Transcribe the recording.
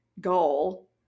goal